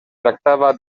tractava